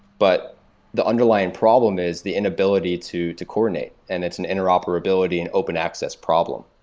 but the underlying problem is the inability to to coronate and it's an interoperability in open access problem.